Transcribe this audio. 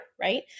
right